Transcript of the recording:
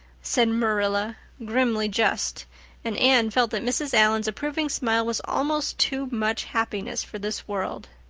said marilla, grimly just and anne felt that mrs. allan's approving smile was almost too much happiness for this world.